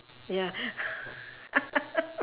ya